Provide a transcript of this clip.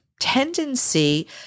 tendency